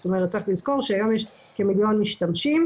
כלומר, צריך לזכור שהיום יש כמיליון משתמשים.